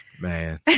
Man